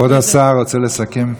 כבוד השר רוצה לסכם?